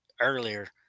earlier